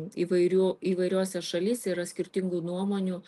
įvairių įvairiose šalyse yra skirtingų nuomonių